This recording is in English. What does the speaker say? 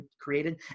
created